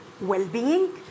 well-being